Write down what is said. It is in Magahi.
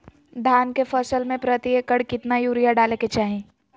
धान के फसल में प्रति एकड़ कितना यूरिया डाले के चाहि?